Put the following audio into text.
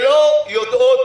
שלא יודעות